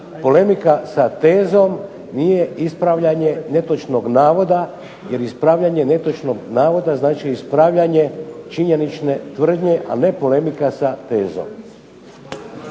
Polemika sa tezom nije ispravljanje netočnog navoda, jer ispravljanje netočnog navoda znači ispravljanje činjenične tvrdnje, a ne polemika sa tezom.